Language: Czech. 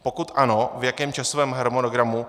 Pokud ano, v jakém časovém harmonogramu?